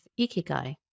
ikigai